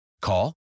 Call